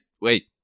wait